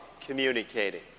communicating